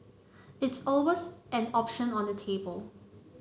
it's always an option on the table